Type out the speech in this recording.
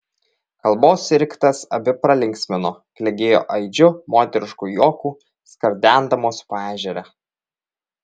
kalbos riktas abi pralinksmino klegėjo aidžiu moterišku juoku skardendamos paežerę